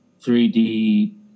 3D